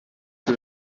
que